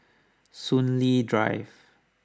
Soon Lee Drive